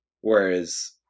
Whereas